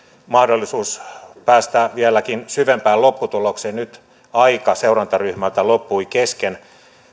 mahdollisuus päästä vieläkin syvempään lopputulokseen nyt aika seurantaryhmältä loppui kesken